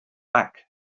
back